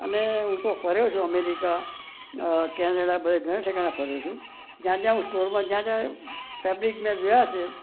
અને હું તો ફર્યો છું અમેરિકા કેનેડા બધે ઘણે ઠેકાણે ફર્યો છું જ્યાં જ્યાં હું સ્ટોરમાં જ્યાં જ્યાં ફેબ્રીક મેં જોયા છે